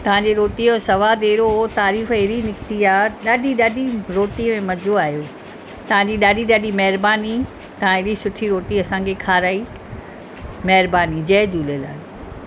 तव्हांजी रोटी जो सवादु अहिड़ो हुयो तारीफ़ ऐॾी निकिती आहे ॾाढी ॾाढी रोटी में मज़ो आयो तव्हांजी ॾाढी ॾाढी महिरबानी तव्हां ऐॾी सुठी रोटी असांखे खाराई महिरबानी जय झूलेलाल